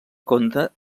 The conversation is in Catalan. compta